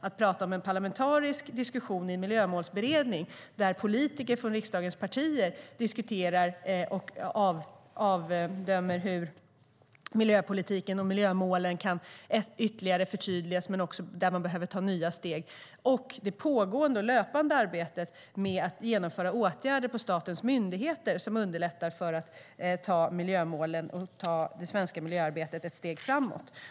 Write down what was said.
Det är en parlamentarisk diskussion i Miljömålsberedningen, där politiker från riksdagens partier diskuterar och avdömer hur miljöpolitiken och miljömålen kan ytterligare förtydligas samt om man behöver ta nya steg, och det är det pågående och löpande arbete med att genomföra åtgärder på statens myndigheter som underlättar för att ta miljömålen och det svenska miljöarbetet ett steg framåt.